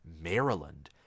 Maryland